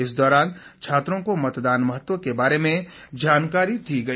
इस दौरान छात्रों को मतदान के महत्व के बारे में जानकारी दी गई